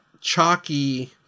chalky